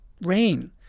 rain